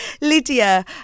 Lydia